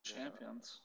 Champions